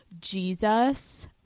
Jesus